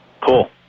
Cool